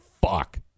fuck